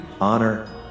honor